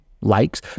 likes